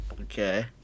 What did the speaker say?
Okay